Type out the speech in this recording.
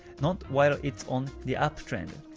not while it's on the up trend.